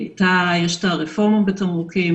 יש את הרפורמה בתמרוקים,